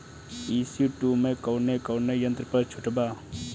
ई.सी two मै कौने कौने यंत्र पर छुट बा?